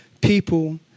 people